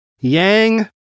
Yang